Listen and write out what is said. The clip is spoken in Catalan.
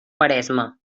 quaresma